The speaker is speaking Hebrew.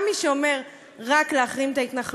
גם את מי שאומר להחרים רק את ההתנחלויות